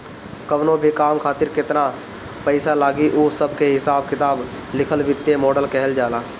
कवनो भी काम खातिर केतन पईसा लागी उ सब के हिसाब किताब लिखल वित्तीय मॉडल कहल जाला